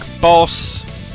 boss